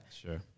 Sure